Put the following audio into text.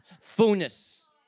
fullness